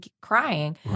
crying